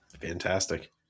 Fantastic